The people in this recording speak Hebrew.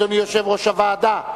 אדוני יושב-ראש הוועדה,